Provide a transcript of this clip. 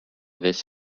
this